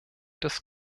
des